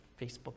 Facebook